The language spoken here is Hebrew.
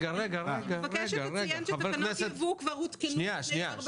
אני מבקשת לציין שתקנות ייבוא הותקנו כבר לפני ארבע שנים וחצי.